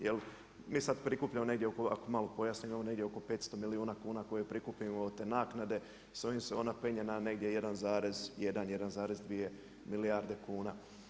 Jer mi sada prikupljam negdje oko, ako malo pojasnimo imamo negdje oko 500 milijuna kuna koje prikupimo oko te naknade, s ovim se ona penje na negdje 1,1, 1,2 milijarde kuna.